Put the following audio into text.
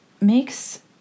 makes